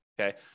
okay